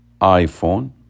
iPhone